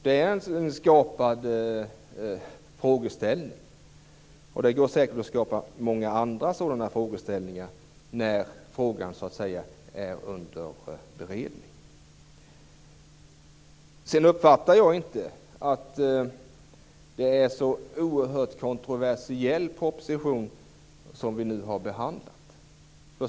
Det är en skapad frågeställning, och det går säkert att skapa många andra sådana frågeställningar när frågan är under beredning. Sedan uppfattar jag inte att det är en så oerhört kontroversiell proposition som vi nu har behandlat.